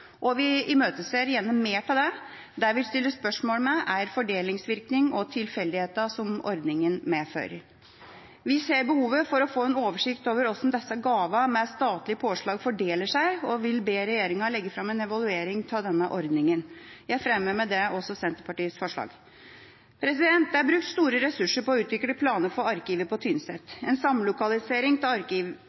og vi imøteser gjerne mer av det. Det vi stiller spørsmål om, er fordelingsvirkning og tilfeldighetene som ordninga medfører. Vi ser behov for å få en oversikt over hvordan disse gavene med statlig påslag fordeler seg, og vil be regjeringa legge fram en evaluering av denne ordninga. Jeg fremmer hermed Senterpartiets forslag. Det er brukt store ressurser på å utvikle planer for arkivet på Tynset. Vi mener at en samlokalisering av